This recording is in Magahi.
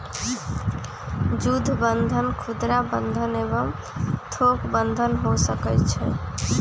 जुद्ध बन्धन खुदरा बंधन एवं थोक बन्धन हो सकइ छइ